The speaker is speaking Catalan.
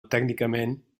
tècnicament